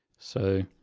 so,